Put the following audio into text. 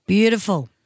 Beautiful